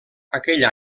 aquell